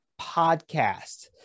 Podcast